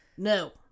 No